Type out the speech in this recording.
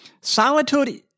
Solitude